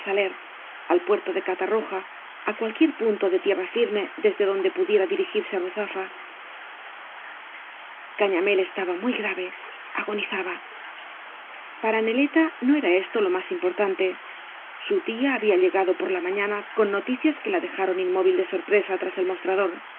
al puerto de ctarroja á cualquier punto de tierra firme desde donde pudiera dirigirse á ruzafa cañamél estaba muy grave agonizaba para neleta no era esto lo más importante su tia habla llegado por la mañana con noticias que la dejaron inmóvil de sorpresa tras el mostrador